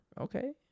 Okay